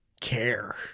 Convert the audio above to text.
care